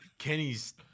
Kenny's